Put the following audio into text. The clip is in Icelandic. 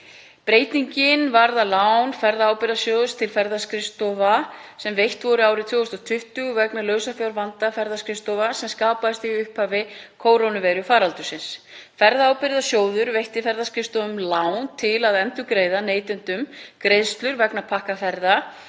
Breytingin varðar lán Ferðaábyrgðarsjóðs til ferðaskrifstofa sem veitt voru árið 2020 vegna lausafjárvanda ferðaskrifstofa sem skapaðist í upphafi kórónuveirufaraldursins. Ferðaábyrgðasjóður veitti ferðaskrifstofum lán til að endurgreiða neytendum greiðslur vegna pakkaferða